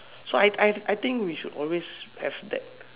so I I I think we should always have that